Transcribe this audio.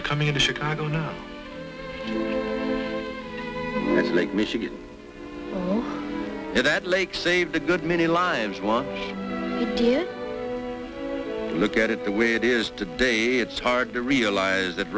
we're coming to chicago now lake michigan it at lake say the good many lines one look at it the way it is today it's hard to realize that